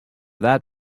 that